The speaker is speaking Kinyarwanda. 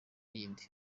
yindi